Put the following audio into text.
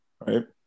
right